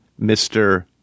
Mr